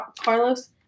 Carlos